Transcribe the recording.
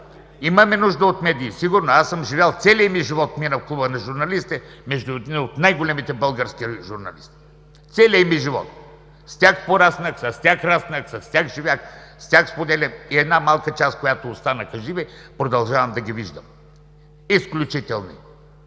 Имаме нужда от медии. Аз съм живял – целият ми живот мина в Клуба на журналистите, между едни от най-големите български журналисти. Целият ми живот – с тях пораснах, с тях раснах, с тях живях, с тях споделях и една малка част, която останаха живи, продължавам да ги виждам. Изключителни